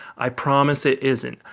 i promise it isn't.